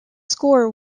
score